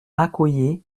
accoyer